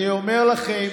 אני אומר לכם,